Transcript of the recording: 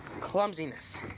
Clumsiness